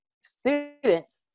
students